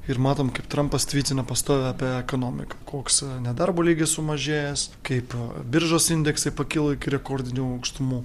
ir matom kaip trampas tvytina pastoviai apie ekonomiką koks nedarbo lygis sumažėjęs kaip biržos indeksai pakilo iki rekordinių aukštumų